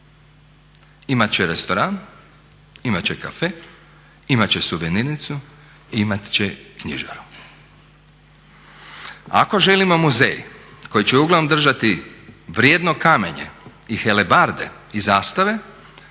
Imati će restoran, imati će cafe, imati će suvenirnicu, imati će knjižaru. Ako želimo muzej koji će uglavnom držati vrijedno kamenje i helebarde i zastave